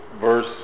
verse